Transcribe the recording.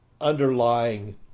underlying